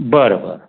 बरं बरं